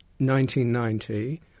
1990